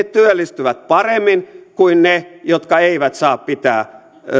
työllistyvät paremmin kuin ne jotka eivät saa pitää